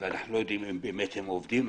ואנחנו לא יודעים אם באמת הם עובדים,